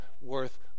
worth